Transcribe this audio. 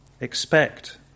expect